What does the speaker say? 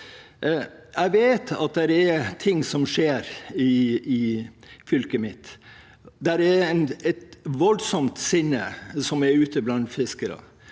Jeg vet at det er ting som skjer i fylket mitt. Det er et voldsomt sinne ute blant fiskere.